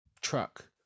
truck